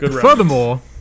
Furthermore